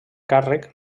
càrrec